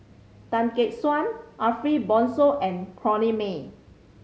Tan Gek Suan Ariff Bongso and Corrinne May